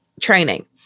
training